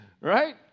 Right